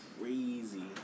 crazy